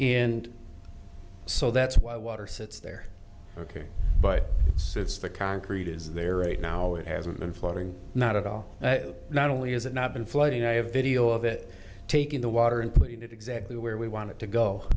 and so that's why water sits there ok but since the concrete is there right now it hasn't been flooding not at all not only has it not been flooding i have video of it taking the water and putting it exactly where we want it to go